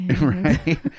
right